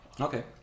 Okay